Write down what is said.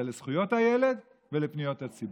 זה לזכויות הילד ולפניות הציבור.